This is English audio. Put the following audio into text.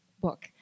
book